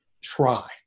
try